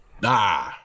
Nah